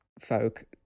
folk